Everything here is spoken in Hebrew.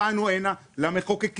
באנו הנה כדי להגיד למחוקקים: